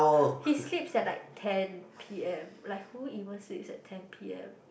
he sleeps at like ten P_M like who even sleeps at ten P_M